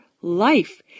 life